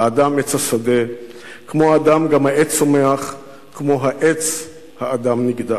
"האדם עץ השדה / כמו האדם גם העץ הצומח / כמו העץ האדם נגדע".